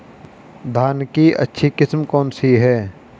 धान की अच्छी किस्म कौन सी है?